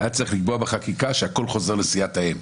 היה צריך לקבוע בחקיקה שהכול חוזר לסיעת האם,